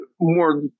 more